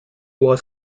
was